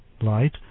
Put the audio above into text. light